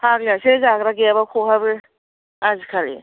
फाग्लायासो जाग्रा गैयाबा खहाबो आजि खालि